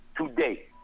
today